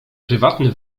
prywatny